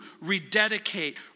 rededicate